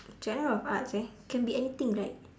genre of arts eh can be anything right